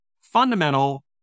fundamental